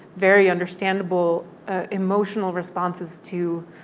very understandable ah emotional responses to,